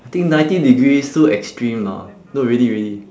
I think ninety degrees too extreme or not no really really